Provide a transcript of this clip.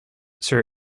sir